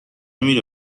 میری